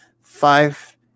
five